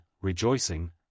Rejoicing